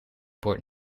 bord